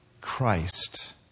Christ